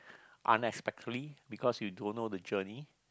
unexpectedly because you don't know the journey